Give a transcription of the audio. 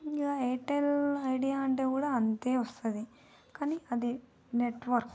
ఇంకా Airtel Idea అంటే కూడా అంతే వస్తుంది కానీ అది నెట్వర్క్